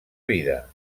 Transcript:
vida